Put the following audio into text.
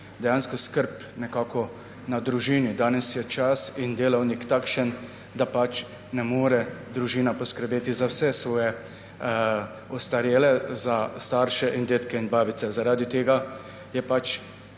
dejansko bila skrb nekako na družini. Danes je čas in delovnik takšen, da družina ne more poskrbeti za vse svoje ostarele, za starše in dedke in babice. Da je ta